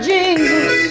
Jesus